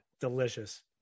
delicious